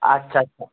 আচ্ছা আচ্ছা